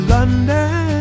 London